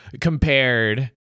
compared